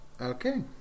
Okay